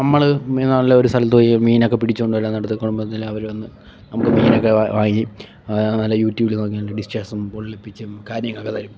നമ്മള് മി നല്ല ഒരു സ്ഥലത്ത് പോയി മീനൊക്കെ പിടിച്ചുകൊണ്ട് വരാൻ നേരത്ത് കുടുംബത്തിലെ അവര് വന്ന് നമ്മുടെ മീനൊക്കെ വാങ്ങി നല്ല യു ട്യൂബില് നോക്കിക്കൊണ്ട് ഡിഷെസും പൊള്ളിപ്പിച്ചും കാര്യങ്ങള് തരും